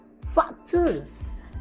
factors